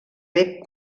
bec